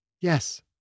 Yes